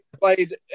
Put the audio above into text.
played